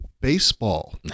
baseball